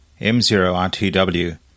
M0RTW